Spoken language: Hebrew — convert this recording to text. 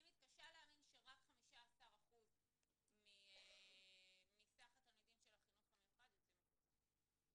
אני מתקשה להאמין שרק 15% מסך התלמידים של החינוך המיוחד יוצאים החוצה.